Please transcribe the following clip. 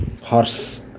horse